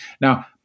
Now